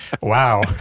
Wow